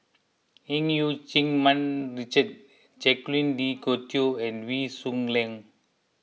E U Keng Mun Richard Jacques De Coutre and Wee Shoo Leong